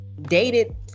Dated